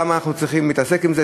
למה אנחנו צריכים להתעסק עם זה,